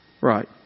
right